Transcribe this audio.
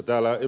täällä ed